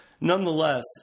nonetheless